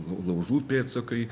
laužų pėdsakai